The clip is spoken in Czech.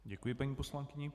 Děkuji, paní poslankyně.